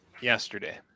yesterday